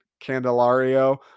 Candelario